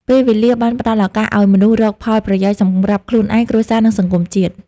ពេលវេលាបានផ្តល់ឱកាសអោយមនុស្សរកផលប្រយោជន៍សំរាប់ខ្លួនឯង គ្រួសារនិងសង្គមជាតិ។